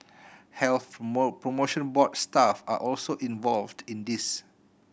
Health Promotion Board staff are also involved in this